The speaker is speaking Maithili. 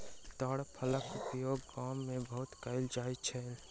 ताड़ फलक उपयोग गाम में बहुत कयल जाइत छल